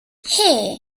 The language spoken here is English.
here